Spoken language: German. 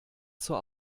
zur